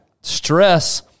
stress